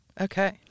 Okay